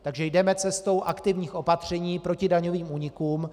Takže jdeme cestou aktivních opatření proti daňovým únikům.